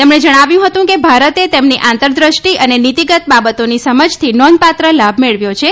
તેમણે જણાવ્યું હતું કે ભારતે તેમની આંતરદ્રષ્ટિ અને નીતીગત બાબતોની સમજથી નોંધપાત્ર લાભ મેળવ્યો છે